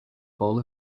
bowl